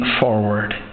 forward